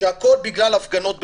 שהכול בגלל הפגנות בבלפור.